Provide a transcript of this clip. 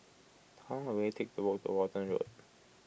how long will it take to walk to Walton Road